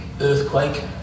earthquake